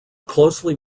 closely